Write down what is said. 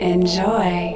Enjoy